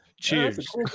Cheers